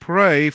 Pray